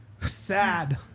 sad